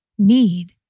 need